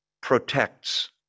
protects